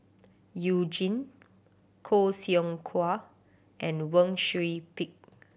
You Jin Khoo Seow Hwa and Wang Sui Pick